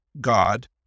God